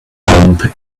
bomb